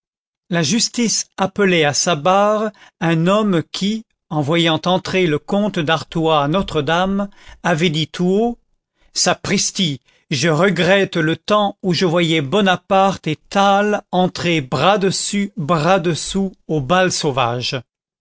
la justice appelait à sa barre un homme qui en voyant entrer le comte d'artois à notre-dame avait dit tout haut sapristi je regrette le temps où je voyais bonaparte et talma entrer bras dessus bras dessous au